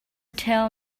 tell